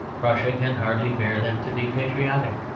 prussia can hardly bear them to be patriotic.